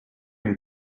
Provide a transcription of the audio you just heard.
and